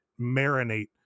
marinate